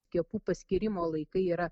skiepų paskyrimo laikai yra